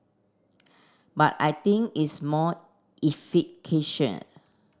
but I think it's more